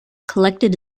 collected